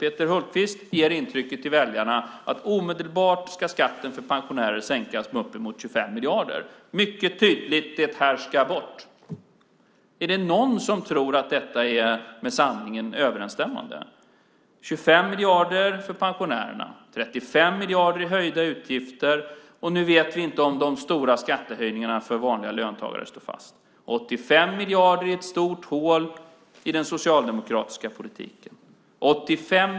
Peter Hultqvist ger intrycket till väljarna att skatten för pensionärer omedelbart ska sänkas med uppemot 25 miljarder. Det sades mycket tydligt: Det här ska bort. Är det någon som tror att det är med sanningen överensstämmande? 25 miljarder för pensionärerna, 35 miljarder i höjda utgifter, och nu vet vi inte om de stora skattehöjningarna för vanliga löntagare står fast. Det handlar om 85 miljarder i ett stort hål i den socialdemokratiska politiken.